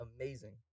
amazing